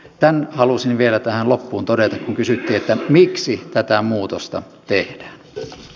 tämän halusin vielä tähän loppuun todeta kun kysyitte miksi tätä muutosta tehdään